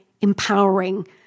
empowering